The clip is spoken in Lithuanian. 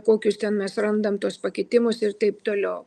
kokius ten mes surandam tuos pakitimus ir taip toliau